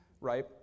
Right